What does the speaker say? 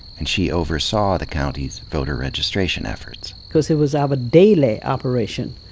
and she oversaw the county's voter registration efforts. cause it was our daily operation.